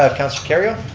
ah councillor kerrio.